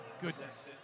goodness